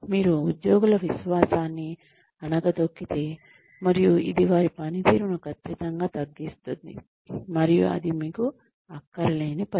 మీరు ఉద్యోగుల విశ్వాసాన్ని అణగదొక్కితే మరియు ఇది వారి పనితీరును ఖచ్చితంగా తగ్గిస్తుంది మరియు అది మీకు అక్కరలేని పని